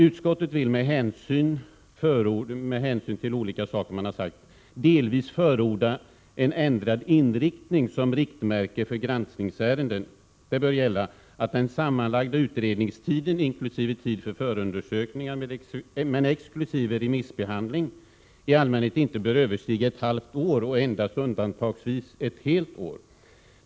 Utskottet skriver att man med hänsyn till olika omständigheter vill ”förorda en delvis ändrad inriktning. Som riktmärke för granskningsärenden bör gälla att den sammanlagda utredningstiden — inkl. tid för förundersökningar men exkl. remissbehandling — i allmänhet inte bör överstiga ett halvt år och endast undantagsvis ett helt år.